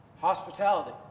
Hospitality